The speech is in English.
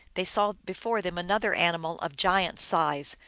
they saw before them another animal of giant size,